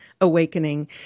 awakening